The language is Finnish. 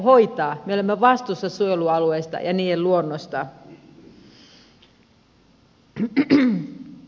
me olemme vastuussa suojelualueista ja niiden luonnosta